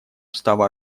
устава